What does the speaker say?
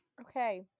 Okay